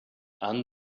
and